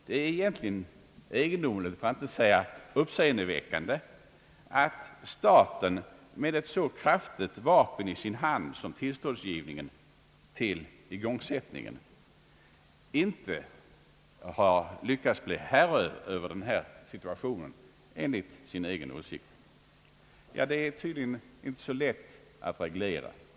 Det är egentligen egendomligt, för att inte säga uppseendeväckande, att staten med ett så kraftigt vapen i sin hand som tillståndsgivningen till igångsättning inte har lyckats bli herre över situationen. Det är tydligen inte så lätt att reglera!